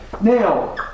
Now